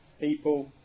people